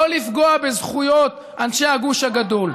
שלא לפגוע בזכויות אנשי הגוש הגדול.